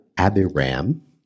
Abiram